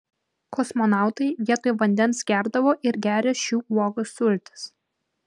kosmonautai vietoj vandens gerdavo ir geria šių uogų sultis